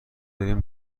بریم